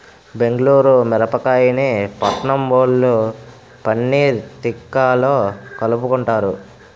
బెంగుళూరు మిరపకాయని పట్నంవొళ్ళు పన్నీర్ తిక్కాలో కలుపుకుంటారు